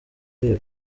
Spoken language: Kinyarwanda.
iriba